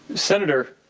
senator,